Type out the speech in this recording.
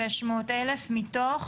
יש 897 מאומתים מתוך